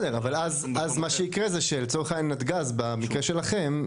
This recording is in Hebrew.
אבל אז מה שיקרה זה שלצורך העניין נתג״ז במקרה שלכם,